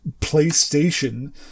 PlayStation